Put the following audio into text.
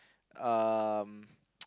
um